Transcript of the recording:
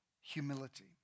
humility